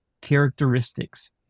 characteristics